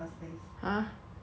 like 哪里都